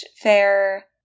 fair